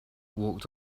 walked